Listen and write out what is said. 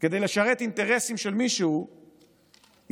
כדי לשרת אינטרסים של מישהו יהיה